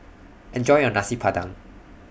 Enjoy your Nasi Padang